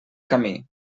camí